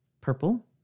purple